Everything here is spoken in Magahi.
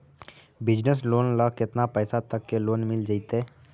बिजनेस लोन ल केतना पैसा तक के लोन मिल जितै?